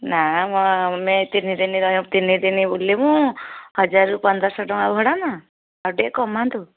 ନା ମ ଆମେ ତିନି ଦିନ ରହି ତିନି ଦିନ ବୁଲିବୁ ହଜାରରୁ ପନ୍ଦରଶହ ଟଙ୍କା ଭଡ଼ା ନୁହଁ ଆଉ ଟିକେ କମାନ୍ତୁ